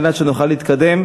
כדי שנוכל להתקדם.